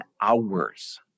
hours